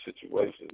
situations